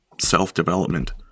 self-development